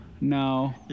no